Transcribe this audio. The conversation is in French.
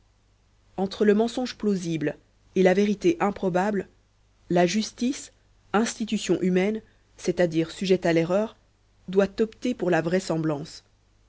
entre le mensonge plausible et la vérité improbable la justice institution humaine c'est-à-dire sujette à l'erreur doit opter pour la vraisemblance